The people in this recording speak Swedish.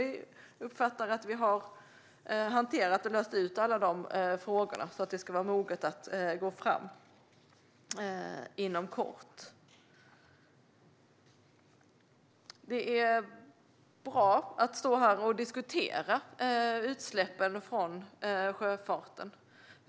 Vi uppfattar att vi har hanterat och löst alla de frågorna så att det ska vara moget att gå fram inom kort. Det är bra att stå här och diskutera utsläppen från sjöfarten.